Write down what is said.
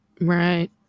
Right